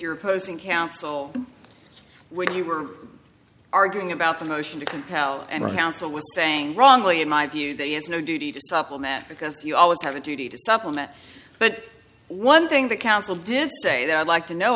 your closing counsel when you were arguing about the motion to compel an ounce of saying wrongly in my view that he has no duty to supplement because you always have a duty to supplement but one thing the council did say that i'd like to know